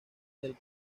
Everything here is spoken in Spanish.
del